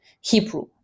Hebrew